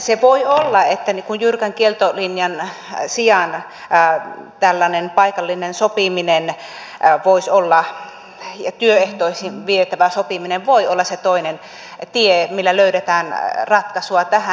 se voi olla että jyrkän kieltolinjan sijaan tällainen paikallinen sopiminen ja työehtoihin vietävä sopiminen voi olla se toinen tie millä löydetään ratkaisua tähän